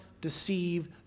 deceive